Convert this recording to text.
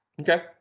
Okay